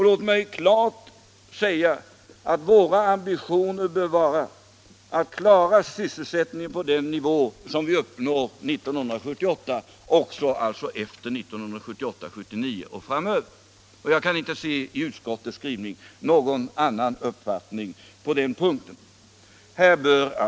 Låt mig klart säga ifrån att våra ambitioner bör vara att hålla sysselsättningen på den nivå som vi uppnår 1978 också framöver, efter 1978. Och jag kan inte i utskottets skrivning se någon annan uppfattning på den punkten.